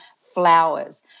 flowers